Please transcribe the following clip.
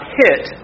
hit